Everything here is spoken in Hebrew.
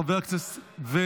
חבר הכנסת אריאל קלנר,